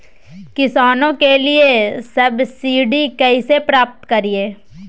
किसानों के लिए सब्सिडी कैसे प्राप्त करिये?